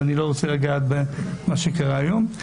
ואני לא רוצה לגעת במה שקרה היום.